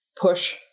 push